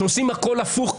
שעושים הכול הפוך,